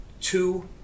two